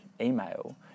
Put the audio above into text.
email